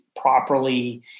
properly